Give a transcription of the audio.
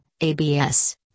ABS